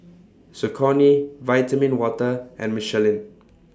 Saucony Vitamin Water and Michelin